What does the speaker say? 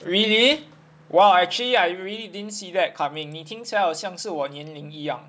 really !wah! actually I really didn't see that upcoming 你听起来很像我的年龄一样